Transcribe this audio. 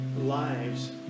lives